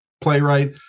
playwright